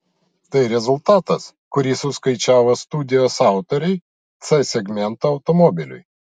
tai rezultatas kurį suskaičiavo studijos autoriai c segmento automobiliui